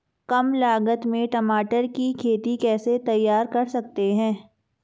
कम लागत में टमाटर की खेती कैसे तैयार कर सकते हैं?